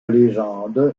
légende